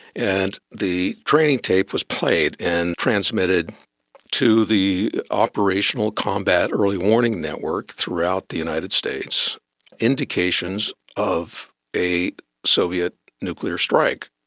and the training tape was played, and transmitted to the operational combat early warning network throughout the united states indications of a soviet nuclear strike.